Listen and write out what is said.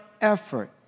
effort